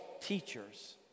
teachers